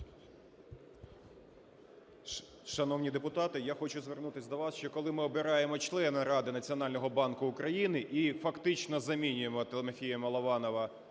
Шановні депутати, я хочу звернутися до вас, що коли ми обираємо члена Ради Національного банку України і фактично замінюємо Тимофія Милованова